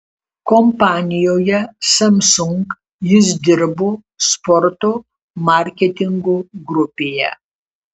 kompanijoje samsung jis dirbo sporto marketingo grupėje